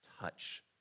touch